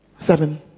Seven